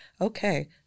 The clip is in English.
Okay